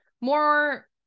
more